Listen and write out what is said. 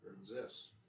exists